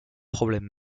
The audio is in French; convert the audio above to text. problèmes